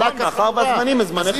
נכון, מאחר שהזמנים הם זמני חירום.